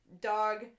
Dog